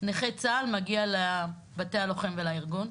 נכי צה"ל מגיע לבתי הלוחם ולארגון?